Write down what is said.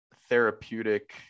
therapeutic